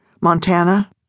Montana